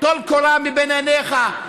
טול קורה מבין עיניך,